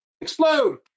Explode